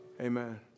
Amen